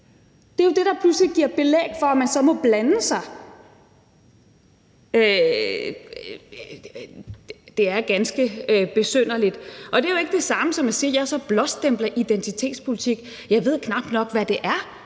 Det er jo det, der pludselig giver belæg for, at man så må blande sig. Det er ganske besynderligt. Og det er jo ikke det samme som at sige, at jeg så blåstempler identitetspolitik. Jeg ved knap nok, hvad det er.